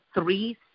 three